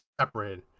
separated